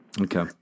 Okay